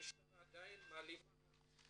המשטרה עדיין מעלימה,